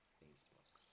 facebook